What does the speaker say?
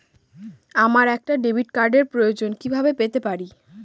আমার একটা ডেবিট কার্ডের প্রয়োজন কিভাবে পেতে পারি?